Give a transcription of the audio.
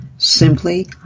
Simply